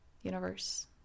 universe